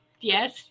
yes